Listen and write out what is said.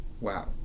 Wow